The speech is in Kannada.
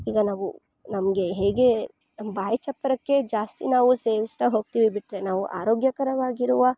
ಈಗ ನಾವು ನಮಗೆ ಹೇಗೆ ಬಾಯಿ ಚಪಲಕ್ಕೆ ಜಾಸ್ತಿ ನಾವು ಸೇವಿಸ್ತಾ ಹೋಗ್ತೀವಿ ಬಿಟ್ರೆ ನಾವು ಆರೋಗ್ಯಕರವಾಗಿರುವ